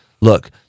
Look